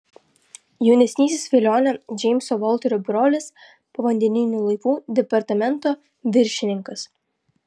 jaunesnysis velionio džeimso volterio brolis povandeninių laivų departamento viršininkas